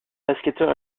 basketteur